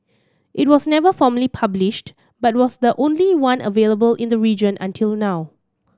it was never formally published but was the only one available in the region until now